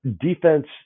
defense